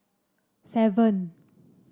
seven